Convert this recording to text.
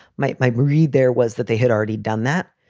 might, might read there was that they had already done that.